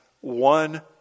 one